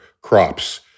crops